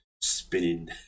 spinning